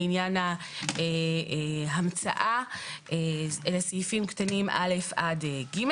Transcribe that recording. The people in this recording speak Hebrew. לעניין ההמצאה לסעיפים קטנים (א) עד (ג),